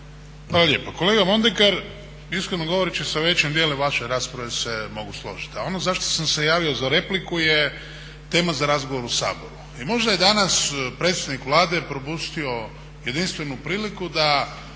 Hvala lijepo. Kolega Mondekar, iskreno govoreći sa većim dijelom vaše rasprave se mogu složiti, a ono za što sam se javio za repliku je tema za razgovor u Saboru. I možda je danas predsjednik Vlade propustio jedinstvenu priliku da